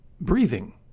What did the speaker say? breathing